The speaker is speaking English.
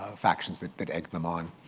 ah factions that that egged them on.